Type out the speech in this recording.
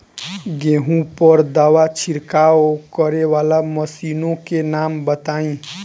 गेहूँ पर दवा छिड़काव करेवाला मशीनों के नाम बताई?